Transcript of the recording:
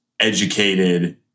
Educated